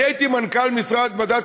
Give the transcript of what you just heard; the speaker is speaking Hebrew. אני הייתי מנכ"ל משרד המדע,